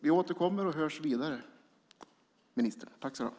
Vi återkommer och hörs vidare, ministern.